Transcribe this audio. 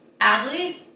Adley